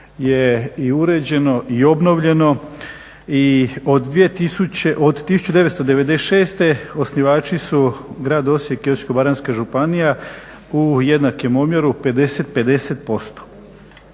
je i uređeno i obnovljeno i od 1996. osnivači su grad Osijek i Osječko-baranjska županija u jednakom omjeru 50:50%.